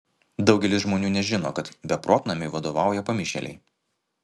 daugelis žmonių nežino kad beprotnamiui vadovauja pamišėliai